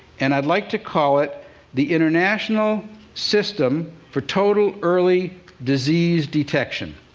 and i'd like to call it the international system for total early disease detection.